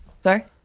sorry